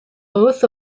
both